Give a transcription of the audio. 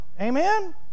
Amen